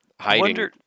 Hiding